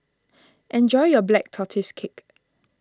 enjoy your Black Tortoise Cake